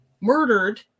murdered